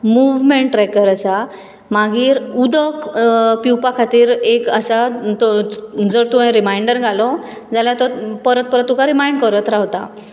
movement tracker आसा मागीर उदक पिवपा खातीर एक आसा जर तुवें रिमाय्नडर घालो जाल्यार तो परत परत तुका रिमायन्ड करत रावता